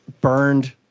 burned